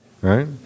right